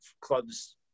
clubs